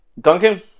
Duncan